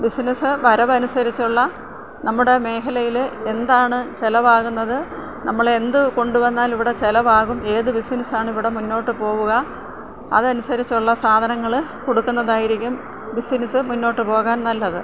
business വരവ് അനുസരിച്ചുള്ള നമ്മുടെ മേഖലയിൽ എന്താണ് ചിലവാകുന്നത് നമ്മൾ എന്ത് കൊണ്ട് വന്നാൽ ഇവിടെ ചിലവാകും ഏത് ബിസിനസാണ് ഇവിടെ മുന്നോട്ട് പോവുക അത് അനുസരിച്ചുള്ള സാധനങ്ങൾ കൊടുക്കുന്നതായിരിക്കും ബിസിനസ് മുന്നോട്ട് പോകാൻ നല്ലത്